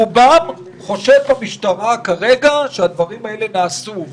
רובם חושד במשטרה כרגע שהדברים האלה נעשו.